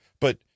But